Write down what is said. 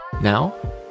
Now